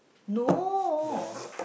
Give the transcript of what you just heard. no